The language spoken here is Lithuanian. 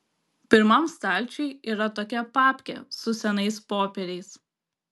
pirmam stalčiuj yra tokia papkė su senais popieriais